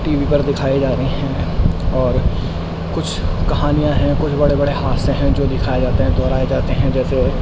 T V پر دکھائی جا رہی ہیں اور کچھ کہانیاں ہیں کچھ بڑے بڑے حادثے ہیں جو دکھائے جاتے ہیں دہرائے جاتے ہیں جیسے